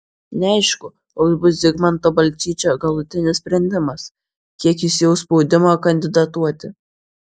neaišku koks bus zigmanto balčyčio galutinis sprendimas kiek jis jaus spaudimą kandidatuoti